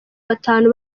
batanu